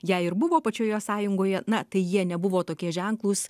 jei ir buvo pačioje sąjungoje na tai jie nebuvo tokie ženklūs